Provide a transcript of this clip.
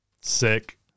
sick